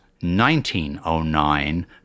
1909